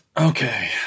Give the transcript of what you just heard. Okay